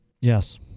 Yes